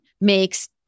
makes